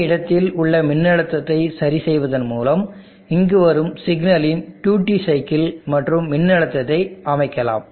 இந்த இடத்தில் உள்ள மின்னழுத்தத்தை சரிசெய்வதன் மூலம் இங்கு வரும் சிக்னலின் டியூட்டி சைக்கிள் மற்றும் மின்னழுத்தத்தை அமைக்கலாம்